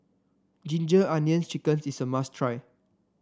Ginger Onions chicken is a must try